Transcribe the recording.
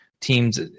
teams